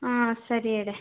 ಹಾಂ ಸರಿ ಇಡೆ